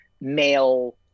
male